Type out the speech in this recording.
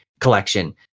collection